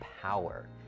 power